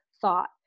thought